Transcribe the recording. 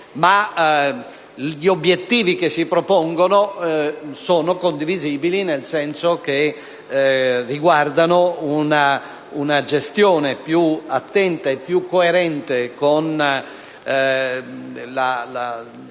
gli obiettivi che si propongono sono condivisibili perché riguardano una gestione più attenta e più coerente con la lettera